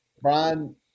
Brian